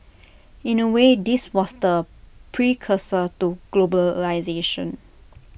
in A way this was the precursor to globalisation